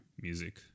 music